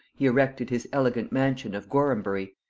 he erected his elegant mansion of gorhambury,